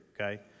okay